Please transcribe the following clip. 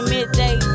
Midday